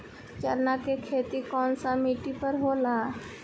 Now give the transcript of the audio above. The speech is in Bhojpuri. चन्ना के खेती कौन सा मिट्टी पर होला?